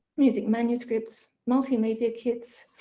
music manuscripts, multimedia kits,